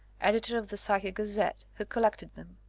editor of the psychic gazette, who collected them.